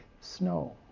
snow